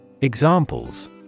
Examples